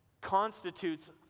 constitutes